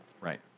Right